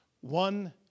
One